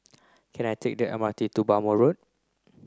can I take the M R T to Bhamo Road